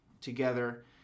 together